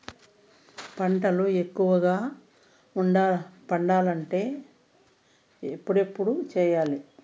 పంటల ఎక్కువగా పండాలంటే ఎప్పుడెప్పుడు సేయాలి?